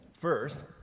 First